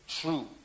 true